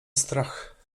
strach